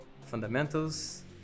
fundamentals